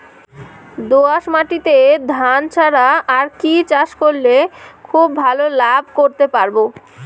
দোয়াস মাটিতে ধান ছাড়া আর কি চাষ করলে খুব ভাল লাভ করতে পারব?